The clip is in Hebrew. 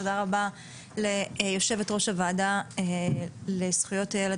תודה רבה ליושבת-ראש הוועדה לזכויות הילד,